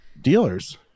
dealers